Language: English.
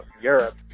Europe